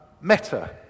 Meta